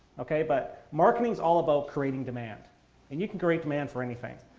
okay, but marketing's all about creating demand and you can create demand for anything.